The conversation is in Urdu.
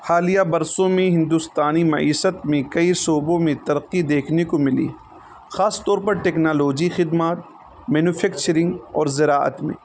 حالیہ برسوں میں ہندوستانی معیشت میں کئی شعبوں میں ترقی دیکھنے کو ملی خاص طور پر ٹیکنالوجی خدمات مینوفیکچرنگ اور زراعت میں